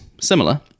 similar